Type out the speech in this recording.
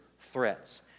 threats